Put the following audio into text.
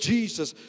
Jesus